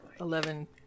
eleven